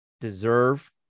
deserve